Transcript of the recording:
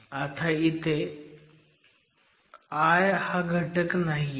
आता इथे i हा घटक नाहीये